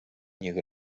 niech